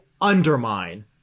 undermine